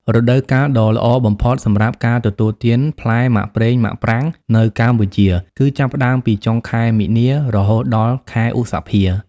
រដូវកាលដ៏ល្អបំផុតសម្រាប់ការទទួលទានផ្លែមាក់ប្រេងមាក់ប្រាងនៅកម្ពុជា គឺចាប់ផ្ដើមពី ចុងខែមីនា រហូតដល់ខែឧសភា។